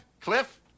cliff